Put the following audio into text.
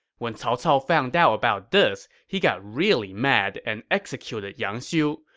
when cao cao found out about this, he got really mad and executed yang xiu.